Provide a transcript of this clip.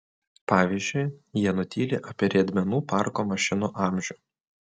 pavyzdžiui jie nutyli apie riedmenų parko mašinų amžių